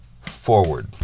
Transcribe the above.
forward